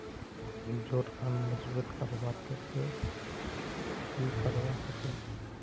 जोड़ खान मजबूत करवार केते की करवा होचए?